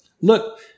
Look